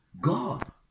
god